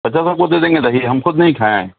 بچہ سب کو دے دیں گے دہی ہم خود نہیں کھائیں